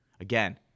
again